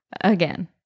again